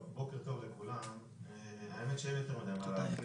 בוקר טוב לכולם, האמת שאין יותר מדי להרחיב.